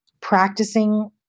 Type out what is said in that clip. practicing